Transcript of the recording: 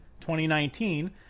2019